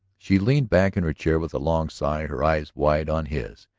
she leaned back in her chair with a long sigh, her eyes wide on his.